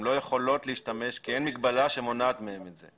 הן לא יכולות להשתמש ב-זום כי אין מגבלה שמונעת מהן את זה.